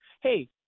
hey